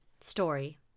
Story